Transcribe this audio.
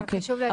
אוקיי.